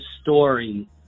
story